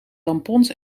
tampons